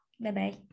bye-bye